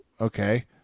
okay